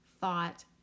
thought